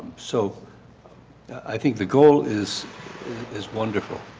so i think the goal is is wonderful.